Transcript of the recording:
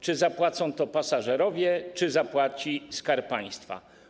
Czy zapłacą to pasażerowie, czy zapłaci Skarb Państwa?